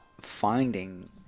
finding